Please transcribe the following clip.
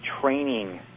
training